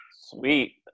sweet